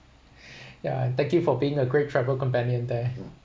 yeah thank you for being a great travel companion there